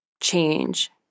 change